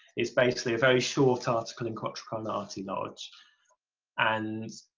it's basically a very short article in quatuor coronati lodge and